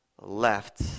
left